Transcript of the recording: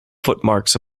footmarks